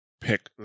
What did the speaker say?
pick